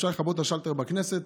אפשר לכבות את השלטר בכנסת,